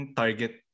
target